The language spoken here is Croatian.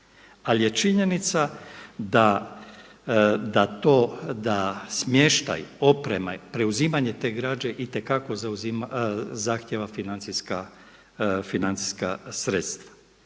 ali je činjenica da smještaj, oprema i preuzimanje te građe itekako zahtjeva financijska sredstva.